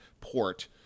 port